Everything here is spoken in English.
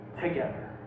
together